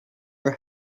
our